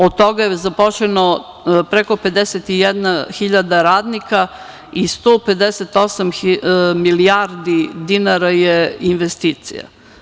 Od toga je zaposleno preko 51.000 radnika i 158 milijardi dinara je investicija.